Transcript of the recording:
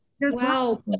wow